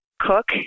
Cook